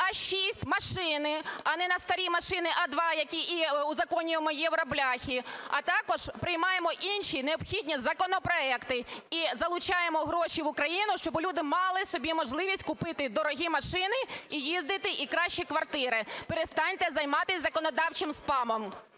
"А-6" машини, а не на старі машини "А-2" і узаконюємо євробляхи, а також приймаємо інші необхідні законопроекти. І залучаємо гроші в Україну, щоби люди мали собі можливість купити дорогі машини і їздити, і кращі квартири. Перестаньте займатись законодавчим спамом.